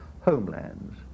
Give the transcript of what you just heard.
homelands